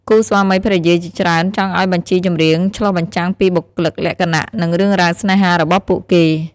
គូស្វាមីភរិយាជាច្រើនចង់ឱ្យបញ្ជីចម្រៀងឆ្លុះបញ្ចាំងពីបុគ្គលិកលក្ខណៈ និងរឿងរ៉ាវស្នេហារបស់ពួកគេ។